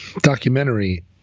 documentary